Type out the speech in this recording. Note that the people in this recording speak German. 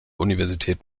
universität